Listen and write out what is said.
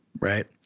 right